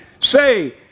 say